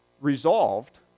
resolved